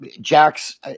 jack's